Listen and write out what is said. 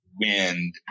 wind